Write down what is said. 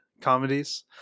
comedies